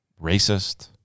racist